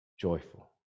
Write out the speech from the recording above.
joyful